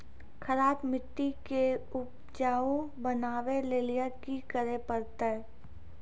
खराब मिट्टी के उपजाऊ बनावे लेली की करे परतै?